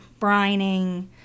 brining